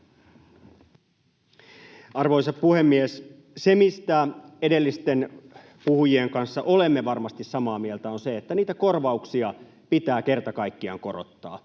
Arvoisa puhemies! Se, mistä edellisten puhujien kanssa olemme varmasti samaa mieltä, on se, että niitä korvauksia pitää kerta kaikkiaan korottaa.